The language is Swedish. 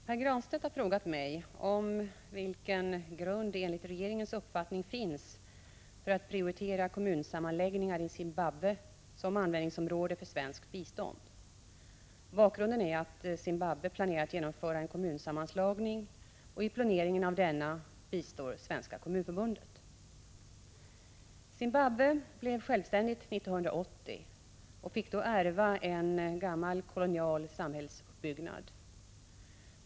Herr talman! Pär Granstedt har frågat mig om vilken grund det enligt regeringens uppfattning finns för att prioritera kommunsammanläggningar i Zimbabwe som användningsområde för svenskt bistånd. Bakgrunden är att Zimbabwe planerar att genomföra en kommunsammanslagning och att i planeringen av denna Svenska kommunförbundet bistår. Zimbabwe blev självständigt 1980 och fick då ”ärva” en gammal kolonial samhällsuppbyggnad.